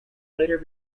later